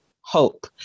hope